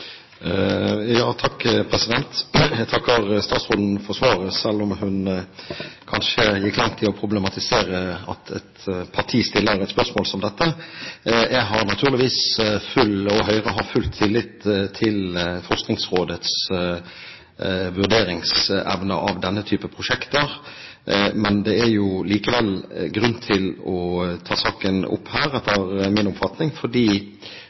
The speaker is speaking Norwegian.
Jeg takker statsråden for svaret, selv om hun kanskje gikk langt i å problematisere at et parti stiller et spørsmål som dette. Jeg – og Høyre – har naturligvis full tillit til Forskningsrådets vurderingsevne når det gjelder denne typen prosjekter. Det er etter min oppfatning likevel grunn til å ta saken opp her,